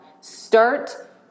Start